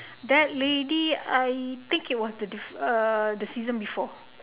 that lady I think it was the diff~ uh the season before